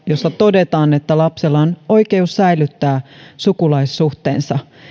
jossa todetaan että lapsella on oikeus säilyttää sukulaissuhteensa